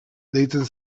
deitzen